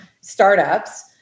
startups